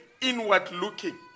inward-looking